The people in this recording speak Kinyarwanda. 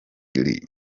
lee